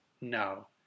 No